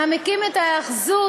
מעמיקים את ההיאחזות